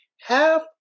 Half